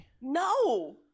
no